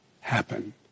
happen